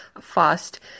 fast